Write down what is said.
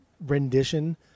rendition